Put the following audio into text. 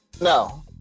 No